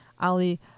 Ali